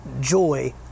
joy